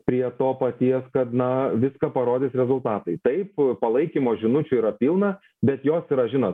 prie to paties kad na viską parodys rezultatai taip palaikymo žinučių yra pilna bet jos yra žinot